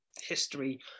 history